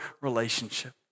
relationship